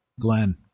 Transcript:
Glenn